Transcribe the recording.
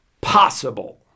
possible